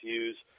use –